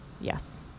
Yes